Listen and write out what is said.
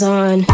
on